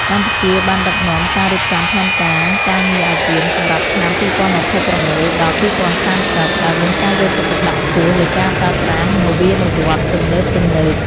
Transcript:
កម្ពុជាបានដឹកនាំការរៀបចំផែនការការងារអាស៊ានសម្រាប់ឆ្នាំ ២០២៦ ដល់ ២០៣០ ដោយមានការយកចិត្តទុកដាក់ខ្ពស់លើការប្រើប្រាស់នវានុវត្តន៍ទំនើបៗ។